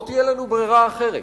לא תהיה לנו ברירה אחרת.